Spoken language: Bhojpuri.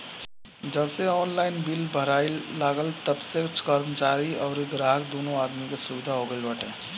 जबसे ऑनलाइन बिल भराए लागल तबसे कर्मचारीन अउरी ग्राहक दूनो आदमी के सुविधा हो गईल बाटे